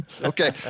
Okay